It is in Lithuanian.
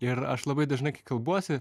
ir aš labai dažnai kai kalbuosi